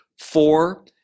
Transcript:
four